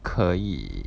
可以